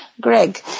Greg